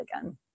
again